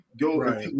go –